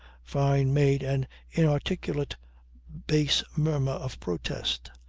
fyne made an inarticulate bass murmur of protest.